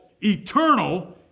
eternal